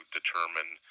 determine